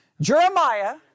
Jeremiah